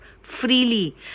freely